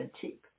cheap